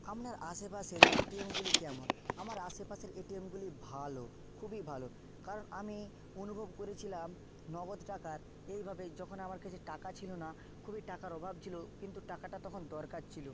আপনার আশেপাশের এটিএমগুলি কেমন আমার আশেপাশের এটিএমগুলি ভালো খুবই ভালো কারণ আমি অনুভব করেছিলাম নগদ টাকার এইভাবে যখন আমার কাছে টাকা ছিলো না খুবই টাকার অভাব ছিলো কিন্তু টাকাটা তখন দরকার ছিলো